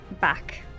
back